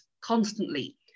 constantly